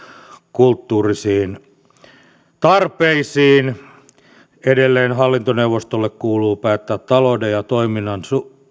kulttuurisiin tarpeisiin edelleen hallintoneuvostolle kuuluu päättää talouden ja toiminnan